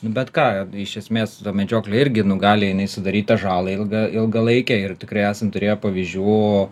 bet ką iš esmės ta medžioklė irgi nu gali jinai sudaryt tą žalą ilgą ilgalaikę ir tikrai esam turėję pavyzdžių